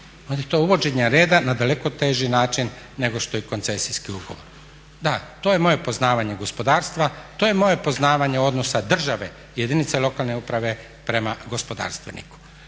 je to uvođenje reda na daleko teži način nego što je koncesijski ugovor. Da to je moje poznavanje gospodarstva, to je moje poznavanje odnosa države, jedinica lokalne uprave prema gospodarstveniku.